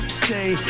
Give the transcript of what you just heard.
stay